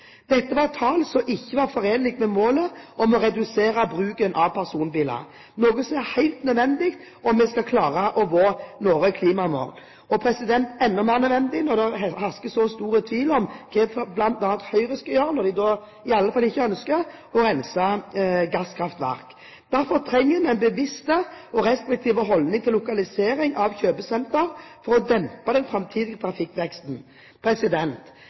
Dette var tall som ikke var forenlige med målet om å redusere bruken av personbiler, noe som er helt nødvendig om vi skal klare å nå våre klimamål – og enda mer nødvendig når det hersker så stor tvil om hva bl.a. Høyre skal gjøre når de i alle fall ikke ønsker å rense gasskraftverk. Vi trenger en bevisst og restriktiv holdning til lokalisering av kjøpesentre for å dempe den framtidige trafikkveksten.